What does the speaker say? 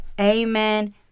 Amen